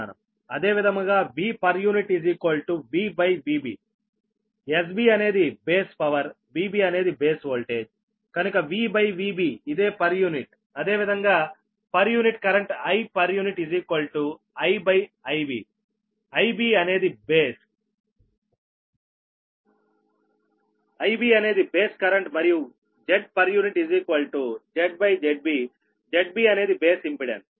అదే విధముగా Vpu VVB SBఅనేది బేస్ పవర్ VBఅనేది బేస్ ఓల్టేజ్కనుక VVBఇదే పర్ యూనిట్ అదేవిధంగా పర్ యూనిట్ కరెంట్ Ipu IIBIBఅనేది బేస్ కరెంట్ మరియు Zpu ZZBZBఅనేది బేస్ ఇంపెడెన్స్